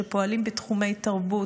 שפועלים בתחומי תרבות,